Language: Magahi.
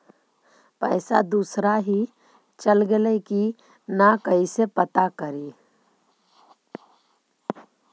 पैसा दुसरा ही चल गेलै की न कैसे पता करि?